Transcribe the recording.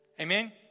Amen